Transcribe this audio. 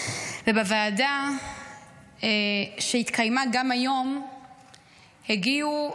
ובישיבת הוועדה שהתקיימה גם היום הגיעו,